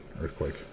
earthquake